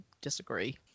disagree